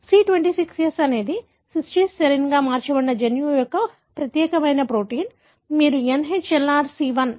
C26S అనేది cysteine సెరినిన్గా మార్చబడిన జన్యువు యొక్క ఈ ప్రత్యేక ప్రోటీన్ మీరు NHLRC1 అని పిలుస్తారు